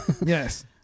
Yes